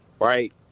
right